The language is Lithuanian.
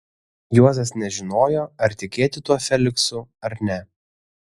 juozas nežinojo ar tikėti tuo feliksu ar ne